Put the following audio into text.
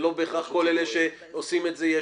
שלא בהכרח לכל אלה שעושים את זה יש,